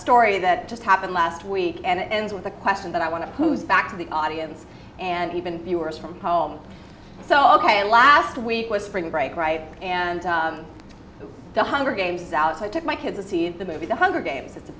story that just happened last week and ends with a question that i want to use back to the audience and even viewers from home so ok last week was spring break right and the hunger games out so i took my kids to see the movie the hunger games it's a